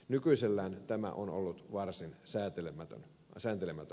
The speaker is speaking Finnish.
nykyisellään tämä on ollut varsin sääntelemätön alue